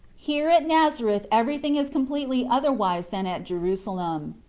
here at nazareth everything is completely otherwise than at jerusalem.